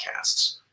podcasts